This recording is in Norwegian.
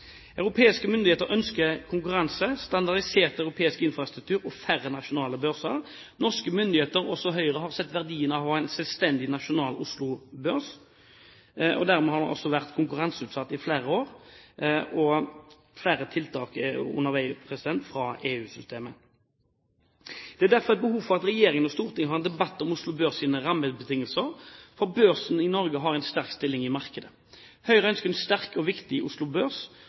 Europeiske myndigheter ønsker konkurranse, standardisert europeisk infrastruktur og færre nasjonale børser. Norske myndigheter – også Høyre – har sett verdien av å ha en selvstendig nasjonal Oslo Børs. Dermed har den vært konkurranseutsatt i flere år, og flere tiltak er underveis fra EU-systemet. Det er derfor behov for at regjeringen og Stortinget har en debatt om Oslo Børs' rammebetingelser, for børsen i Norge har en sterk stilling i markedet. Høyre ønsker en sterk og viktig Oslo Børs,